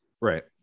right